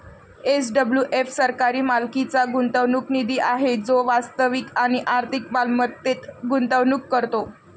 SWF सरकारी मालकीचा गुंतवणूक निधी आहे जो वास्तविक आणि आर्थिक मालमत्तेत गुंतवणूक करतो